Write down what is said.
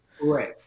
Right